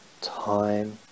time